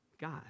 God